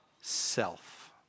self